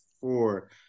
four